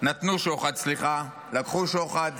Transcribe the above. נתנו שוחד, סליחה, לקחו שוחד,